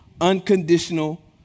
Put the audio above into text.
unconditional